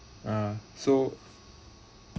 ah so